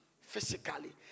physically